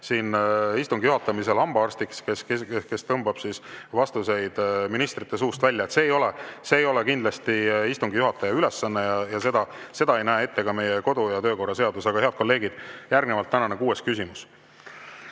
istungi juhatamisel hambaarstiks, kes tõmbab ministrite suust vastuseid välja. See ei ole kindlasti istungi juhataja ülesanne ja seda ei näe ette ka meie kodu- ja töökorra seadus. Head kolleegid, järgnevalt tänane kuues küsimus.